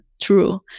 true